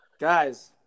Guys